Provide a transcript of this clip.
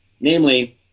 namely